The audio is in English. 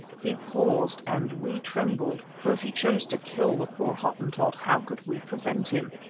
he paused and we trembled, for if he chose to kill the poor hottentot, how could we prevent him?